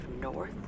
north